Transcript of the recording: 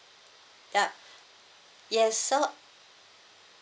yup yes so